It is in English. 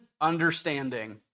understanding